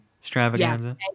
extravaganza